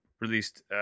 released